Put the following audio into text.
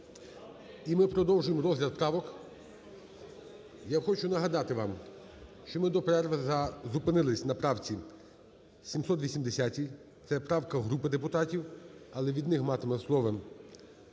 І ми продовжуємо розгляд правок. Я хочу нагадати вам, що ми до перерви зупинилися на правці 780-й, це правка групи депутатів, але від них матиме слово